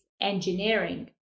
engineering